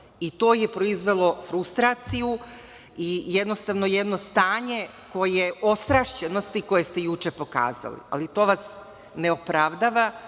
i to je proizvelo frustraciju i jednostavno jedno stanje ostrašćenosti koje ste juče pokazali. Ali, to vas ne opravdava